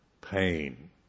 pain